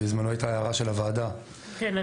בזמנו הייתה הערה של הוועדה בנושא,